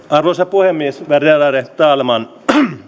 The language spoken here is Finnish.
arvoisa puhemies värderade talman